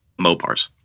Mopars